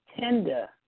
tender